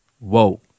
whoa